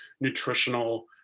nutritional